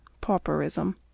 Pauperism